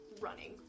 running